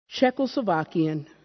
Czechoslovakian